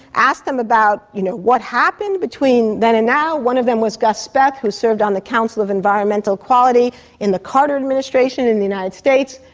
asked them about you know what happened between then and now. one of them was gus speth who served on the council of environmental quality in the carter administration in the united states,